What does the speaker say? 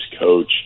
coach